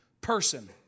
person